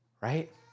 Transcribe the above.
right